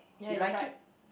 he liked it